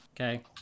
okay